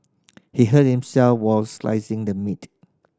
he hurt himself while slicing the meat